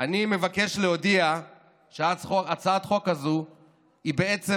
אני מבקש להודיע שהצעת החוק הזו היא בעצם